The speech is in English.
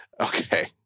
Okay